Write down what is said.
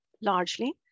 largely